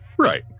right